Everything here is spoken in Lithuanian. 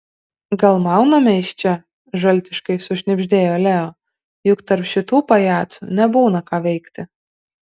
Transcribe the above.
gal mauname iš čia žaltiškai sušnibždėjo leo juk tarp šitų pajacų nebūna ką veikti